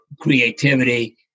creativity